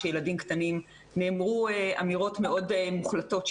נאמרו אמירות מוחלטות מאוד,